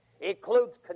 includes